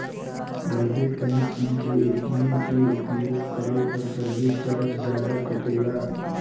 private bank सन के ATM के उपयोग करे पर सर्विस चार्ज जादा कटेला